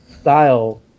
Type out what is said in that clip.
style